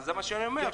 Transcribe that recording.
זה מה שאני אומר,